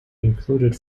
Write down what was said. included